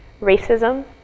racism